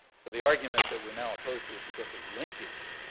so the argument that we're now opposed to it because of linkage,